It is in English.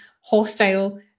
hostile